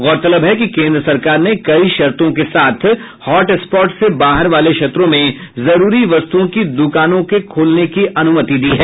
गौरतलब है कि केन्द्र सरकार ने कई शर्तों के साथ हॉटस्पॉट से बाहर वाले क्षेत्रों में जरूरी वस्तुओं की दुकानों के खोलने की अनुमति दी है